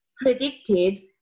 predicted